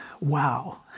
Wow